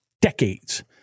decades